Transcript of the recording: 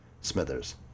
Smithers